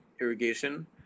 irrigation